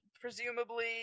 presumably